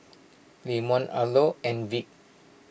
Clemon Arlo and Vic